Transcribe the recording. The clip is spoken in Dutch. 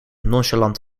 nonchalant